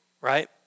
right